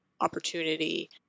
opportunity